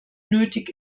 nötig